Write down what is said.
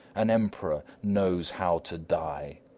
an emperor knows how to die!